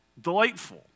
delightful